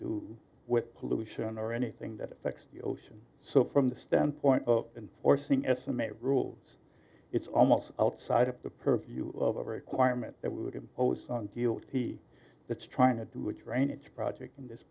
do with pollution or anything that affects the ocean so from the standpoint of enforcing estimate rules it's almost outside of the purview of requirements that would impose on kielty it's trying to do a drainage project in this